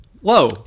Whoa